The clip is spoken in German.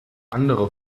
andere